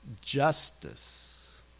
justice